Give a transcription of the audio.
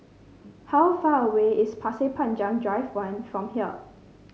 how far away is Pasir Panjang Drive One from here